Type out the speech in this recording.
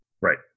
Right